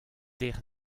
deocʼh